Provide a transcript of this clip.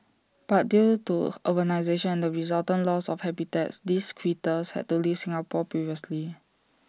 but due to urbanisation and the resultant loss of habitats these critters had to leave Singapore previously